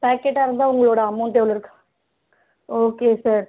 பாக்கெட்டாக இருந்தால் உங்களோடய அமௌன்ட் எவ்வளோ இருக்குது ஓகே சார்